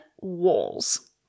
walls